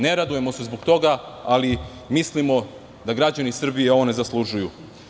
Ne radujemo se zbog toga, ali mislimo da građani Srbije ovo ne zaslužuju.